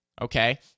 okay